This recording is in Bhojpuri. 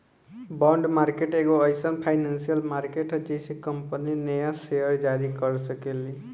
बॉन्ड मार्केट एगो एईसन फाइनेंसियल मार्केट ह जेइसे कंपनी न्या सेयर जारी कर सकेली